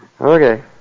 Okay